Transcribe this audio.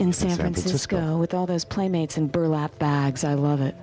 in san francisco with all those playmates and burlap bags i love it